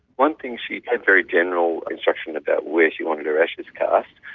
one thing, she had very general instructions about where she wanted her ashes cast,